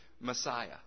Messiah